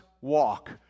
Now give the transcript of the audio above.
walk